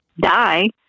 die